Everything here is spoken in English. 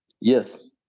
Yes